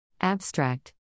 Abstract